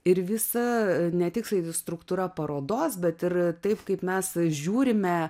ir visa ne tiktai struktūra parodos bet ir taip kaip mes žiūrime